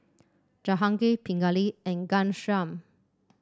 Jahangir Pingali and Ghanshyam